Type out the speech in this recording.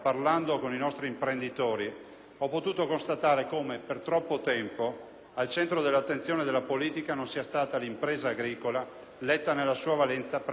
ho potuto constatare come per troppo tempo al centro dell'attenzione della politica non sia stata l'impresa agricola letta nella sua valenza prevalentemente economica.